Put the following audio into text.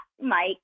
Mike